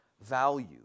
value